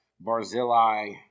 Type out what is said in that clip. Barzillai